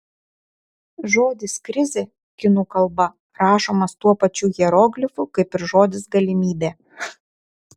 žodis krizė kinų kalba rašomas tuo pačiu hieroglifu kaip ir žodis galimybė